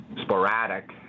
sporadic